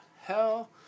hell